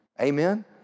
Amen